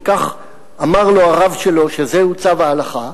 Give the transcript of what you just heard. כי כך אמר לו הרב שלו שזהו צו ההלכה,